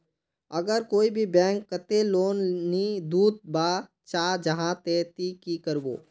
अगर कोई भी बैंक कतेक लोन नी दूध बा चाँ जाहा ते ती की करबो?